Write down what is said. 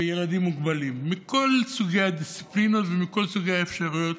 בילדים מוגבלים מכל סוגי הדיסציפלינות ומכל סוגי האפשרויות